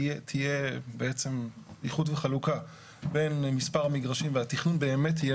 תהיה בעצם איחוד וחלוקה בין מספר מגרשים והתכנון באמת יהיה